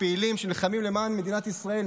פעילים שנלחמים למען מדינת ישראל,